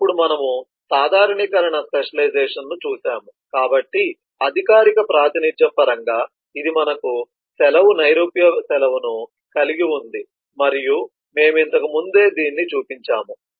అప్పుడు మనము సాధారణీకరణ స్పెషలైజేషన్ను చూశాము కాబట్టి అధికారిక ప్రాతినిధ్యం పరంగా ఇది మనకు సెలవు నైరూప్య సెలవును కలిగి ఉంది మరియు మేము ఇంతకుముందు దీనిని చూపించాము